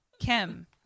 Kim